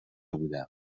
بودم